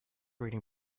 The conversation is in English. reading